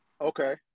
Okay